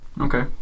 Okay